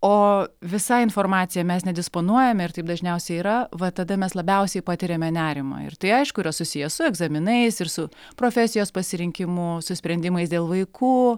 o visa informacija mes nedisponuojame ir taip dažniausiai yra va tada mes labiausiai patiriame nerimą ir tai aišku yra susiję su egzaminais ir su profesijos pasirinkimu su sprendimais dėl vaikų